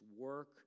work